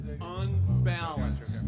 unbalanced